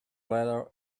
ladder